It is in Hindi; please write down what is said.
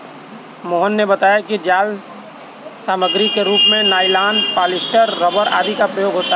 मोहन ने बताया कि जाल सामग्री के रूप में नाइलॉन, पॉलीस्टर, रबर आदि का प्रयोग होता है